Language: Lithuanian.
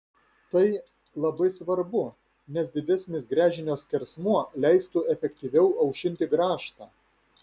tai labai svarbu nes didesnis gręžinio skersmuo leistų efektyviau aušinti grąžtą